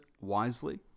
wisely